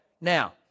Now